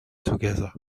together